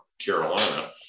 Carolina